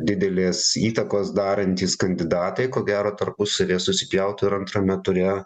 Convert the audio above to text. didelės įtakos darantys kandidatai ko gero tarpusavyje susipjautų ir antrame ture